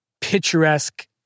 picturesque